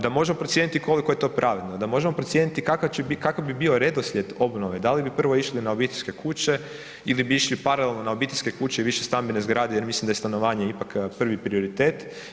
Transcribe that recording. Da možemo procijeniti koliko je to pravedno, da možemo procijeniti kakav bi bio redoslijed obnove, da li bi prvo išli na obiteljske kuće ili bi išli paralelno na obiteljske kuće i višestambene zgrade jer mislim da je stanovanje ipak prvi prioritet.